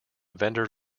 vendor